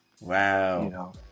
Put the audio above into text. Wow